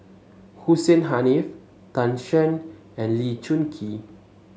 Hussein Haniff Tan Shen and Lee Choon Kee